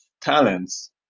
talents